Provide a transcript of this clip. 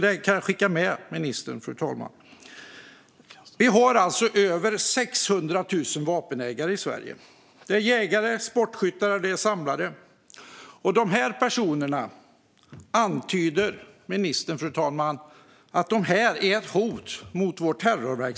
Detta kan jag skicka med ministern. Det finns alltså över 600 000 vapenägare i Sverige. Det är jägare, sportskyttar och samlare. Dessa personer, antyder ministern, är ett hot.